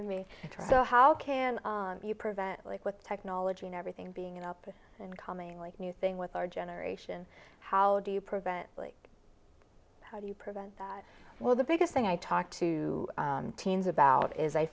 of me how can you prevent like with technology and everything being up and coming like new thing with our generation how do you prevent how do you prevent that well the biggest thing i talk to teens about is i